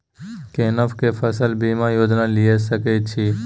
केना के फसल बीमा योजना लीए सके छी?